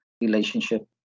relationship